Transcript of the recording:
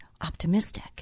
optimistic